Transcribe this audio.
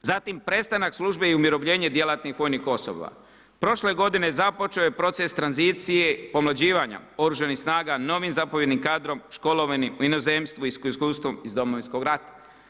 Zatim prestanak službe i umirovljenje djelatnih vojnih osoba, prošle godine je započeo proces tranzicije pomlađivanja oružanih snaga novim zapovjednim kadrom školovanih u inozemstvu i sa iskustvom iz Domovinskog rata.